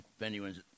anyone's